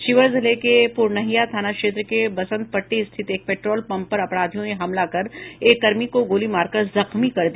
शिवहर जिले के पूरनहिया थाना क्षेत्र के बसंत पट्टी स्थित एक पेट्रोल पंप पर अपराधियों ने हमला कर एक कर्मी को गोली मारकर जख्मी कर दिया